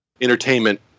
entertainment